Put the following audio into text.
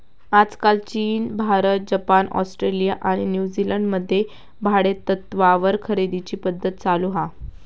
आजकाल चीन, Bharat, Japan, Australia आणि न्यूजीलंड मध्ये भाडेतत्त्वावर खरेदीची पध्दत चालु हा